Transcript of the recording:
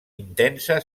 intensa